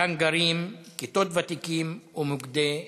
"כאן גרים", "כיתות ותיקים" ומוקדי מידע,